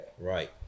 right